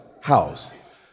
House